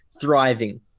thriving